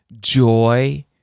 joy